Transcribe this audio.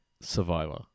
Survivor